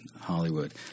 Hollywood